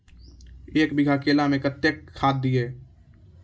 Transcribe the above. एक बीघा केला मैं कत्तेक खाद दिये?